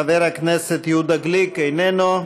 חבר הכנסת יהודה גליק, אינו נוכח.